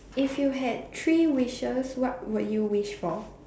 if you had three wishes what would you wish for